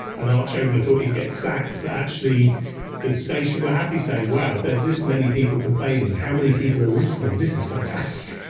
and arch oboler thought he'd get sacked, but actually the station were happy saying, wow, if there's this many people complaining, how many people are listening? this is fantastic.